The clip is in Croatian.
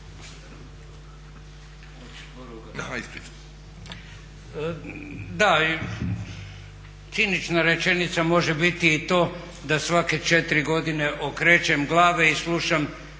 Da cinična rečenica može biti i to da svake četiri godine okrećem glave i slušam